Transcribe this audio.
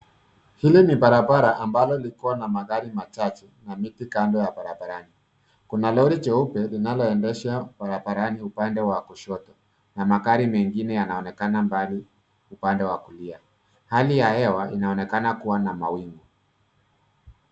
Hil ni barabara ambalo liko na magari machache na miti kando ya barabarani. Kuna lori jeupe linaloendeshwa barabarani upande wa kushoto na magari mengine yanonekana mbali upande wa kulia. Hali ya hewa inaonekana kuwa na mwingu.